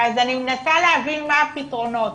אז אני מנסה להבין מה הפתרונות,